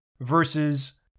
versus